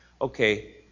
Okay